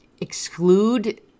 exclude